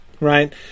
right